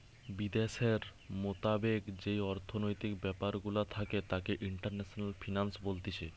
বিদ্যাশের মোতাবেক যেই অর্থনৈতিক ব্যাপার গুলা থাকে তাকে ইন্টারন্যাশনাল ফিন্যান্স বলতিছে